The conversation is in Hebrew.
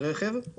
ברכב.